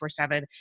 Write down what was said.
24-7